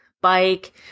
bike